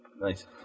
Nice